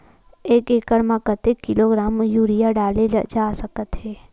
एक एकड़ म कतेक किलोग्राम यूरिया डाले जा सकत हे?